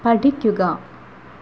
പഠിക്കുക